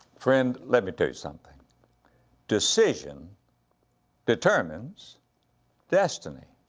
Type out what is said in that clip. friend let me tell you something decision determines destiny.